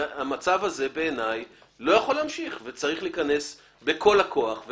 המצב הזה בעיני לא יכול להמשיך וצריך להיכנס בכל הכוח.